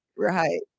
Right